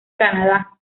canadá